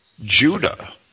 Judah